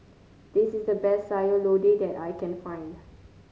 this is the best Sayur Lodeh that I can find